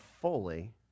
fully